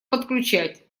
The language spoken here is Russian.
подключать